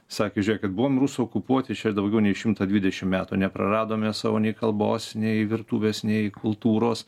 sakė žiūrėkit buvom rusų okupuoti šią daugiau nei šimtą dvidešim metų nepraradome savo nei kalbos nei virtuvės nei kultūros